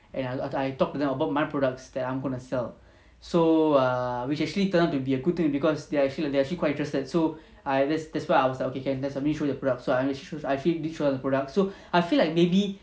and I I talk to them about my products that I'm going to sell so err which actually turned out to be a good thing because they are actually they are actually quite interested so I that's that's why I was like okay can let me show you the product so I'm actually did show the product so I feel like maybe